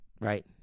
right